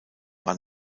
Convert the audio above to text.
war